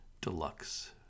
deluxe